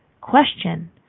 Question